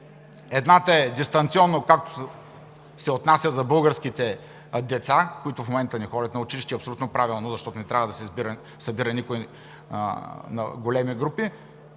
Едната е дистанционно, както се отнася за българските деца, които в момента не ходят на училище – абсолютно правилно, защото не трябва да се събират на големи групи.